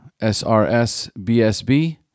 srsbsb